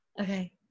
Okay